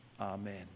Amen